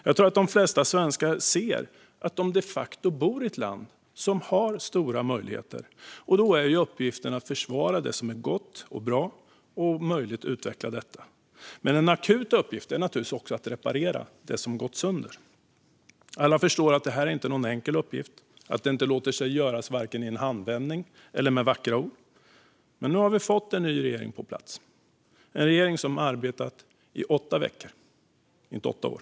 Jag tror att de flesta svenskar ser att de de facto bor i ett land som har stora möjligheter, och då är ju uppgiften att försvara det som är gott och bra och om möjligt utveckla det. Men en akut uppgift är naturligtvis också att reparera det som har gått sönder. Alla förstår att det inte är någon enkel uppgift och att det inte låter göra sig vare sig i en handvändning eller med vackra ord. Men nu har vi fått en ny regering på plats, en regering som arbetat i åtta veckor, inte åtta år.